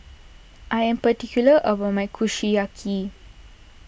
I am particular about my Kushiyaki